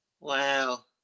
wow